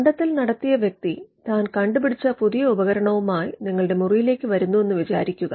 കണ്ടെത്തൽ നടത്തിയ വ്യക്തി താൻ കണ്ടുപിടിച്ച പുതിയ ഉപകരണവുമായി നിങ്ങളുടെ മുറിയിലേക്ക് വരുന്നു എന്ന് വിചാരിക്കുക